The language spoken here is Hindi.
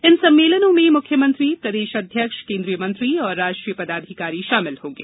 इन सम्मेलनों में मुख्यमंत्री प्रदेश अध्यक्ष केन्द्रीय मंत्री और राष्ट्रीय पदाधिकारी शामिल होंगे